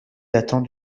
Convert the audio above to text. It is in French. datant